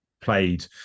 played